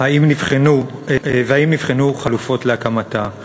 והאם נבחנו חלופות להקמתה.